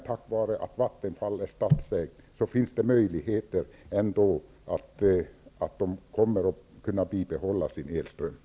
Tack vare att Vattenfall är statsägt finns det trots allt möjligheter att bibehålla elströmmen.